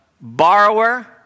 borrower